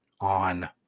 on